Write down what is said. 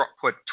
put